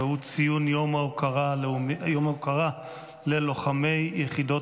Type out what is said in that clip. והוא ציון יום ההוקרה ללוחמי יחידות